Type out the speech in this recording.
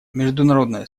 международное